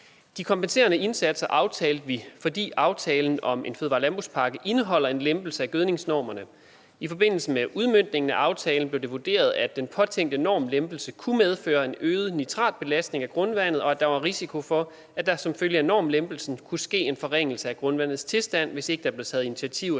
De kompenserende indsatser aftalte vi, fordi aftalen om en fødevare- og landbrugspakke indeholder en lempelse af gødningsnormerne. I forbindelse med udmøntningen af aftalen blev det vurderet, at den påtænkte normlempelse kunne medføre en øget nitratbelastning af grundvandet, og at der var risiko for, at der som følge af normlempelsen kunne ske en forringelse af grundvandets tilstand, hvis ikke der blev taget initiativer til